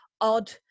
odd